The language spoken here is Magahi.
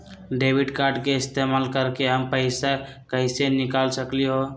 डेबिट कार्ड के इस्तेमाल करके हम पैईसा कईसे निकाल सकलि ह?